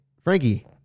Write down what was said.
Frankie